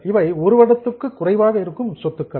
இவை 1 வருடத்திற்கு குறைவாக வைத்திருக்கும் சொத்துக்கள்